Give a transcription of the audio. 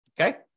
okay